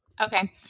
Okay